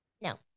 No